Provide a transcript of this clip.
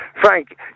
Frank